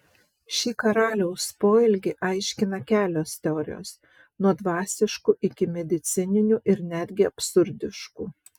šį karaliaus poelgį aiškina kelios teorijos nuo dvasiškų iki medicininių ir netgi absurdiškų